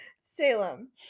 Salem